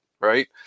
right